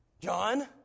John